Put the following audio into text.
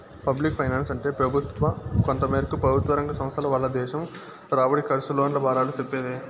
public ఫైనాన్సంటే పెబుత్వ, కొంతమేరకు పెబుత్వరంగ సంస్థల వల్ల దేశం రాబడి, కర్సు, లోన్ల బారాలు సెప్పేదే